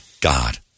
God